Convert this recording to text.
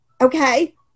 Okay